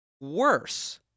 worse